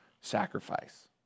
sacrifice